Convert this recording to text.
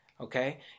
okay